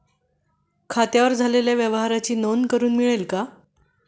खात्यावर झालेल्या व्यवहाराची नोंद करून मिळेल का?